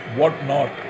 whatnot